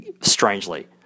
strangely